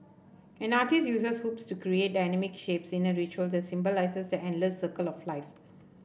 an artiste uses hoops to create dynamic shapes in a ritual that symbolises the endless circle of life